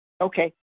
Okay